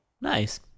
Nice